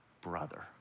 brother